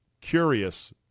curious